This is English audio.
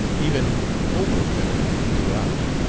even overfeminine, throughout.